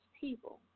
people